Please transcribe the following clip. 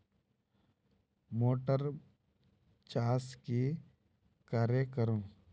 Motor चास की करे करूम?